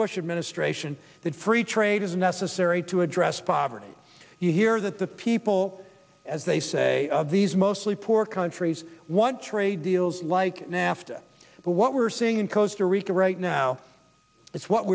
bush administration that free trade is necessary to address poverty here that the people as they say of these mostly poor countries what trade deal like nafta but what we're seeing in costa rica right now it's what